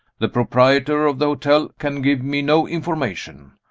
the proprietor of the hotel can give me no information.